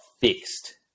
fixed